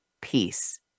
peace